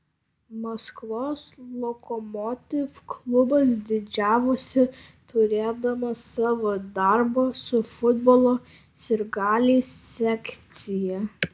maskvos lokomotiv klubas didžiavosi turėdamas savo darbo su futbolo sirgaliais sekciją